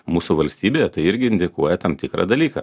mūsų valstybėje tai irgi indikuoja tam tikrą dalyką